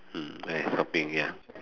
mm shopping ya